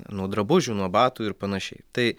nuo drabužių nuo batų ir pan tai